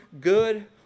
good